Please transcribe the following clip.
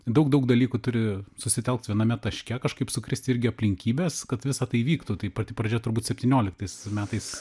daug daug dalykų turi susitelkt viename taške kažkaip sukrist irgi aplinkybės kad visa tai vyktų tai pati pradžia turbūt septynioliktais metais